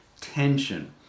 Tension